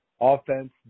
offense